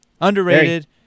Underrated